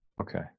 Okay